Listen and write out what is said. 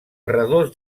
redós